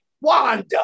Wanda